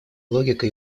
логика